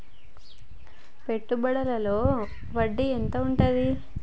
పెట్టుబడుల లో వడ్డీ ఎంత ఉంటది?